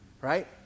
right